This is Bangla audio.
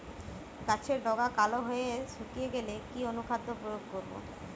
গাছের ডগা কালো হয়ে শুকিয়ে গেলে কি অনুখাদ্য প্রয়োগ করব?